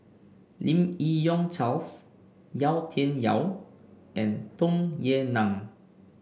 Lim Yi Yong Charles Yau Tian Yau and Tung Yue Nang